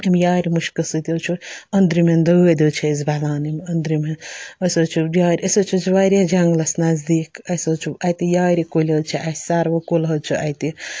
اَمہِ یارِ مُشکہٕ سۭتۍ حظ چھُ أنٛدرِمٮ۪ن دٲدۍ حظ چھِ اَسہِ بَلان یِم أنٛدرِمہِ أسۍ حظ چھِ یارِ أسۍ حظ چھِ واریاہ جنٛگلَس نزدیٖک اَسہِ حظ چھُ اَتہِ یارِ کُلۍ حظ چھِ اَسہِ سَروٕ کُل حظ چھُ اَتہِ